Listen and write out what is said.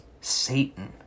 Satan